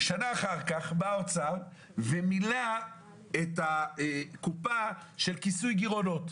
שנה אחר כך בא האוצר ומילא את הקופה של כיסוי גירעונות.